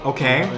Okay